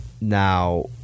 Now